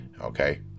okay